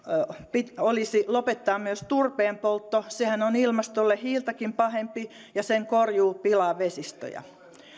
olisi lopettaa myös turpeen poltto sehän on ilmastolle hiiltäkin pahempi ja sen korjuu pilaa vesistöjä